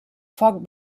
foc